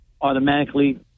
automatically